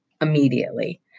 immediately